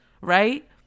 Right